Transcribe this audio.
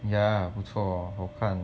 ya 不错好看